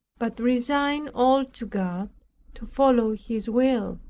but resigned all to god to follow his will.